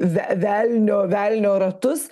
ve velnio velnio ratus